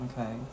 Okay